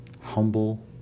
humble